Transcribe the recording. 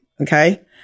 okay